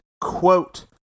quote